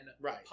Right